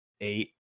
eight